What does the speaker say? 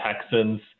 Texans